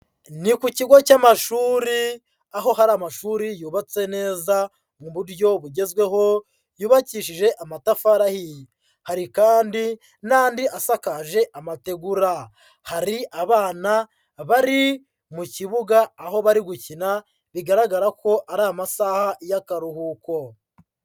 Ni ku kigo cy'amashuri, aho hari amashuri yubatse neza mu buryo bugezweho yubakishije amatafari ahiye, hari kandi n'andi asakakaje amategura, hari abana bari mu kibuga aho bari gukina bigaragara ko ari amasaha y'akaruhuko.